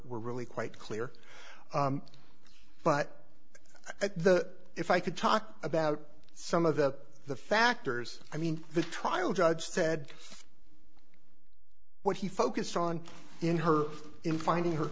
were really quite clear but at the if i could talk about some of the factors i mean the trial judge said what he focused on in her in finding her